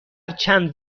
چند